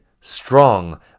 strong